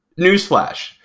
Newsflash